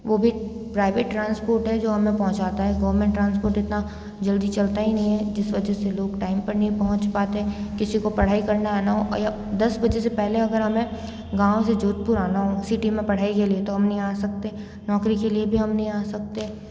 वो भी private transport है जो हमें पहुँचाता है गवर्नमेंट ट्रांसपोर्ट इतना जल्दी चलता ही नहीं है जिस वजह से लोग टाइम पर नही पहुँच पाते किसी को पढ़ाई करना आना हो या दस बजे से पहले अगर हमें गाँव से जोधपुर आना हो सिटी में पढ़ाई के लिए तो हम नहीं आ सकते नौकरी के लिए भी हम नहीं सकते